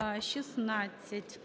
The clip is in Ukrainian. За-16